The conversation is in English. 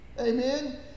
Amen